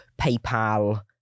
PayPal